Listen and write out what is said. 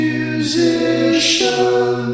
Musician